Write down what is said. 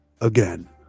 again